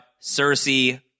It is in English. Cersei